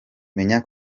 menya